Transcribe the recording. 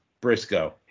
Briscoe